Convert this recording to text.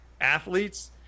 athletes